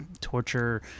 torture